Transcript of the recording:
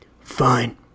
fine